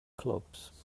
clubs